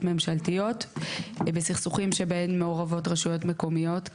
ממשלתיות בסכסוכים שבהן מעורבות רשויות מקומיות,